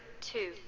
two